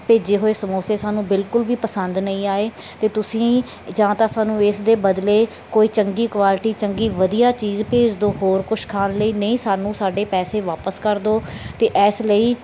ਭੇਜੇ ਹੋਏ ਸਮੋਸੇ ਸਾਨੂੰ ਬਿਲਕੁਲ ਵੀ ਪਸੰਦ ਨਹੀਂ ਆਏ ਅਤੇ ਤੁਸੀਂ ਜਾਂ ਤਾਂ ਸਾਨੂੰ ਇਸ ਦੇ ਬਦਲੇ ਕੋਈ ਚੰਗੀ ਕੁਆਲਿਟੀ ਚੰਗੀ ਵਧੀਆ ਚੀਜ਼ ਭੇਜ ਦਿਓ ਹੋਰ ਕੁਛ ਖਾਣ ਲਈ ਨਹੀਂ ਸਾਨੂੰ ਸਾਡੇ ਪੈਸੇ ਵਾਪਸ ਕਰ ਦਿਓ ਅਤੇ ਇਸ ਲਈ